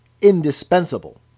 indispensable